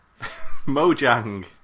Mojang